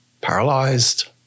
paralyzed